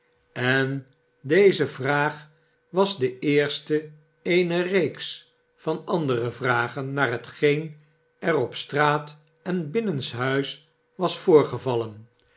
en deze vraag was de eerste eener reeks van andere vragen naar hetgeen er op straat en binnenshuis was voorgevallen